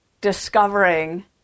discovering